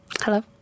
hello